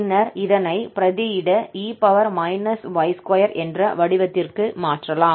பின்னர் இதனை பிரதியிட e y2 என்ற வடிவத்திற்கு மாற்றலாம்